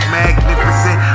magnificent